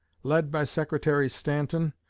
led by secretary stanton,